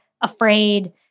afraid